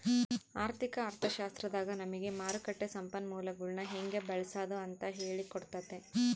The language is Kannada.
ಆರ್ಥಿಕ ಅರ್ಥಶಾಸ್ತ್ರದಾಗ ನಮಿಗೆ ಮಾರುಕಟ್ಟ ಸಂಪನ್ಮೂಲಗುಳ್ನ ಹೆಂಗೆ ಬಳ್ಸಾದು ಅಂತ ಹೇಳಿ ಕೊಟ್ತತೆ